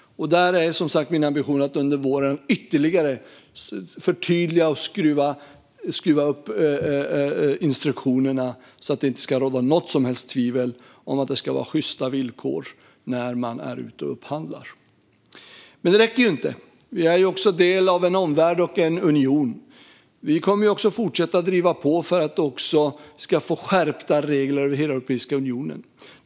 Där är som sagt min ambition att under våren ytterligare förtydliga och skruva upp instruktionerna så att det inte ska råda något som helst tvivel om att det ska vara sjysta villkor när man är ute och upphandlar. Men det räcker inte. Vi är också en del av en omvärld och en union. Vi kommer också att fortsätta att driva på för att få skärpta regler över hela Europeiska unionen.